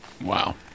Wow